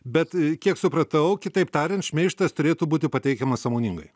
bet kiek supratau kitaip tariant šmeižtas turėtų būti pateikiamas sąmoningai